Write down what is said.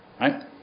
right